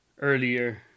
Earlier